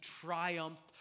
triumphed